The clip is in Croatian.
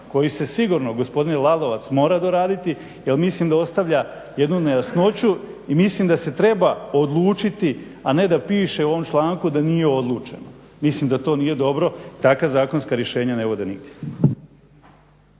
koji se sigurno gospodin Lalovac mora doraditi jer mislim da ostavlja jednu nejasnoću i mislim da se treba odlučiti, a ne da piše u ovom članku da nije odlučeno. Mislim da to nije dobro, takva zakonska rješenja ne vode nigdje.